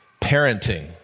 parenting